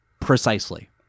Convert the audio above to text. Precisely